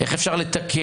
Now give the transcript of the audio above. איך אפשר לתקן,